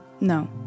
No